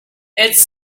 it’s